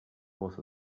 was